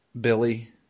Billy